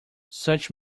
such